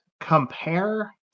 compare